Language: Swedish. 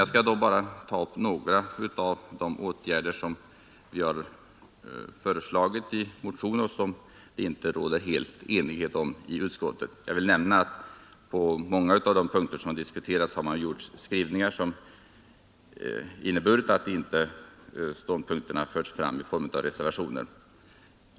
Jag skall bara ta upp några av de åtgärder som vi har föreslagit i vår motion och som det inte råder enighet om i utskottet. Jag vill nämna att på många av de punkter som har diskuterats har skrivningarna blivit sådana att vi inte ansett det nödvändigt att föra fram våra ståndpunkter i reservationer.